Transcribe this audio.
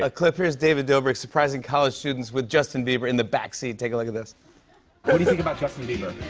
ah here's david dobrik surprising college students with justin bieber in the backseat. take a look at this. what do you think about justin bieber?